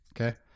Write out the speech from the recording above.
okay